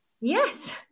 Yes